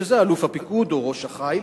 שזה אלוף הפיקוד או ראש החיל,